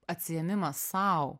atsiėmimas sau